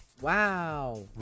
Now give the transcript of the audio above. Wow